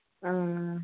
ആ ആ